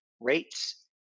rates